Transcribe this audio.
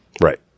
Right